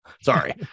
Sorry